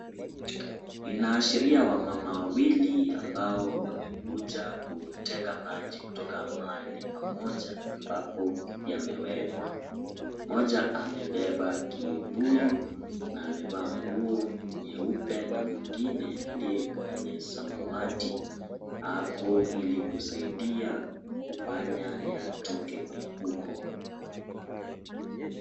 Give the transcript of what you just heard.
Inaashiria wamama wawili, ambao wamekuja kuteka maji kutoka mahali pamoja, ambapo, yamewekwa, mmoja amebeba kibuyu, na amevaa nguo nyeupe, na mwingine, aliye kwenye samawati, ako ili kusaidia yatoke huko.